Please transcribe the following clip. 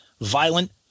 Violent